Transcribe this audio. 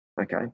Okay